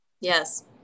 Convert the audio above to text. yes